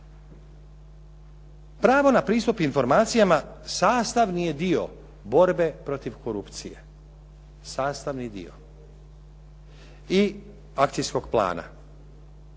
Pravo na pristup informacijama sastavni je dio borbe protiv korupcije i akcijskog plana.